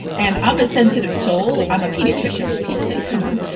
and i'm a sensitive soul. i'm a pediatrician for pete's sake. come on.